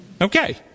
okay